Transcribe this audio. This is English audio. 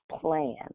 plan